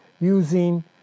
using